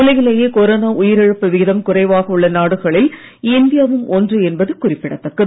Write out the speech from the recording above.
உலகிலேயே கொரோனா உயிர் இழப்பு விகிதம் குறைவாக உள்ள நாடுகளில் இந்தியா வும் ஒன்று என்பதும் குறிப்பிடத்தக்கது